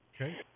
Okay